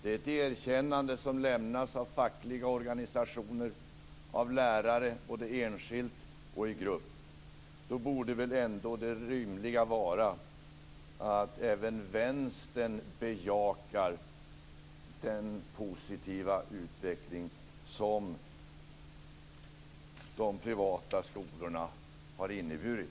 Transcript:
Det är ett erkännande som lämnas av fackliga organisationer och av lärare - både enskilt och i grupp. Då borde det rimliga vara att även Vänstern bejakar den positiva utveckling som de privata skolorna har inneburit.